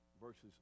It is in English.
verses